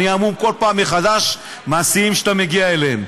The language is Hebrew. אני המום כל פעם מחדש מהשיאים שאתה מגיע אליהם.